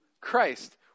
Christ